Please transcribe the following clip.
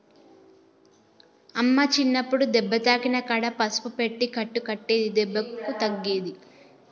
అమ్మ చిన్నప్పుడు దెబ్బ తాకిన కాడ పసుపు పెట్టి కట్టు కట్టేది దెబ్బకు తగ్గేది